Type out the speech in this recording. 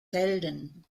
helden